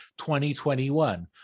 2021